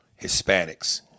Hispanics